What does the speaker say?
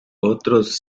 otros